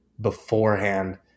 beforehand